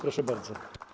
Proszę bardzo.